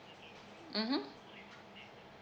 mmhmm